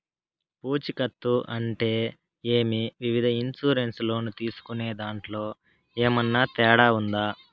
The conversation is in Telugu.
పూచికత్తు అంటే ఏమి? వివిధ ఇన్సూరెన్సు లోను తీసుకునేదాంట్లో ఏమన్నా తేడా ఉందా?